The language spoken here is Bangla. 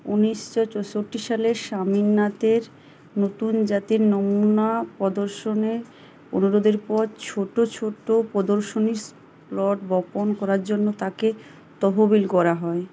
উনিশশো চৌষট্টি সালে স্বামীনাথের নতুন জাতের নমুনা প্রদর্শনের অনুরোধের পর ছোটো ছোটো প্রদর্শনীর প্লট বপন করার জন্য তাঁকে তহবিল করা হয়